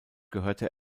gehörte